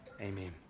Amen